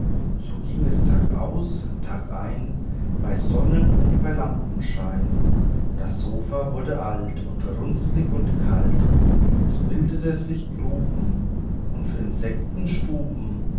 so ging es tagaus tagein bei sonnen und bei lampenschein das sofa wurde alt und runzlich und kalt es bildeten sich gruben und für